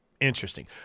interesting